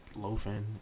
loafing